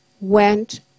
went